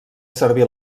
servir